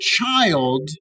child